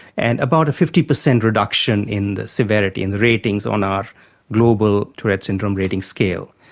and about a fifty percent reduction in the severity, in the ratings on our global tourette's syndrome rating scale.